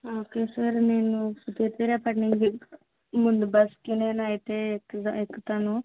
okay sir నేను గట్టిగా రేపటి నుంచి ముందు బస్కి నేను అయితే ఎక్కువగా ఎక్కుతాను